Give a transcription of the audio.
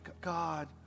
God